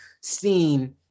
seen